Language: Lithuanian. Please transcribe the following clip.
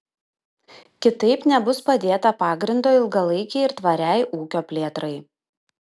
kitaip nebus padėta pagrindo ilgalaikei ir tvariai ūkio plėtrai